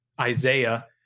Isaiah